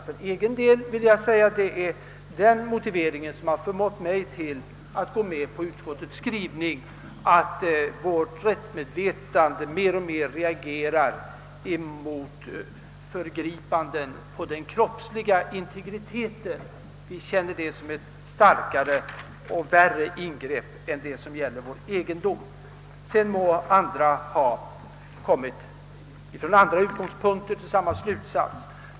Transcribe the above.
För egen del är det i alla fall den motivering som förmått mig att gå med på utskottets skrivning, att vårt rättsmedvetande mer och mer reagerar mot förgripande på den kroppsliga integriteten, Sedan må andra från andra utgångspunkter ha kommit till samma slutsats.